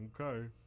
Okay